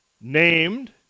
named